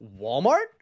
Walmart